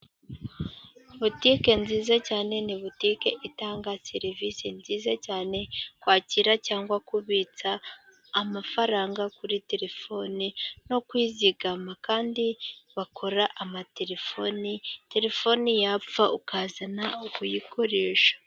Butike nziza cyane, ni butike itanga serivisi nziza cyane, kwakira cyangwa kubitsa amafaranga kuri telefone, no kwizigama kandi bakora ama telefone, telefone yapfa ukayizana kuyikoresha.